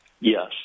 Yes